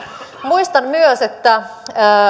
muistan myös